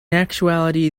actuality